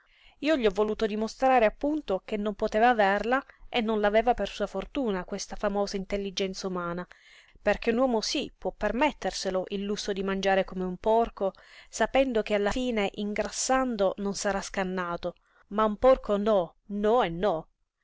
io gli ho voluto dimostrare appunto che non poteva averla e non l'aveva per sua fortuna questa famosa intelligenza umana perché un uomo sí può permetterselo il lusso di mangiare come un porco sapendo che alla fine ingrassando non sarà scannato ma un porco no no e no